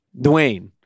Dwayne